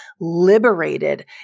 liberated